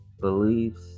beliefs